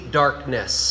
darkness